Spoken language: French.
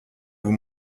vous